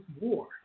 war